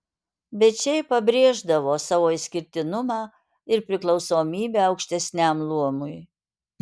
bet šiaip pabrėždavo savo išskirtinumą ir priklausomybę aukštesniam luomui